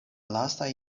lastaj